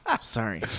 sorry